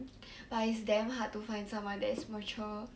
but it's damn hard to find someone that is mature